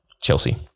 Chelsea